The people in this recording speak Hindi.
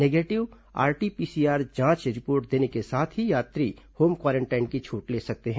नेगेटिव आरटी पीसीआर जांच रिपोर्ट देने के साथ ही यात्री होम क्वारंटीन की छूट ले सकते हैं